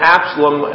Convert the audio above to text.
Absalom